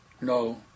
No